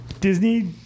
Disney